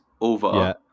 over